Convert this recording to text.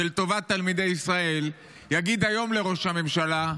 לטובת תלמידי ישראל יגיד היום גם לראש הממשלה,